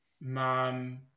mom